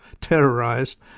terrorized